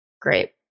great